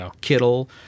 Kittle